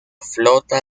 flota